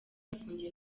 afungiye